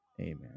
Amen